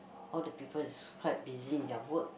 all the people is quite busy in their work